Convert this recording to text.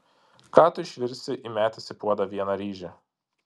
ką tu išvirsi įmetęs į puodą vieną ryžį